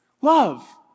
Love